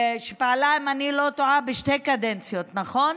היא פעלה, אם אני לא טועה, בשתי קדנציות, נכון?